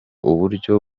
uburyo